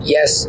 Yes